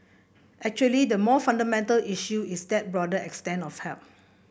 actually the more fundamental issue is that broader extent of help